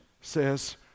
says